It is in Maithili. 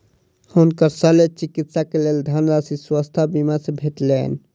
हुनकर शल्य चिकित्सा के लेल धनराशि स्वास्थ्य बीमा से भेटलैन